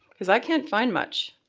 because i can't find much.